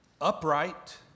upright